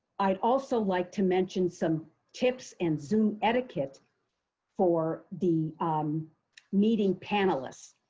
i'd also like to mention some tips and zoom etiquette for the meeting panelists.